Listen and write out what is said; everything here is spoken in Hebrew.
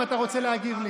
אם אתה רוצה להגיב לי.